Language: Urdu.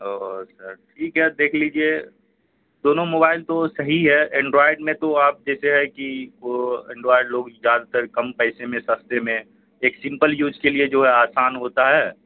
تو اچھا ٹھیک ہے دیکھ لیجیے دونوں موبائل تو صحیح ہے اینڈرائڈ میں تو آپ جیسے ہے کہ وہ اینڈرائڈ لوگ زیادہ تر کم پیسے میں سستے میں ایک سمپل یوج کے لیے جو ہے آسان ہوتا ہے